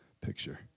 picture